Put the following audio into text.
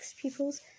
pupils